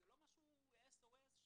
זה לא מקרה חירום.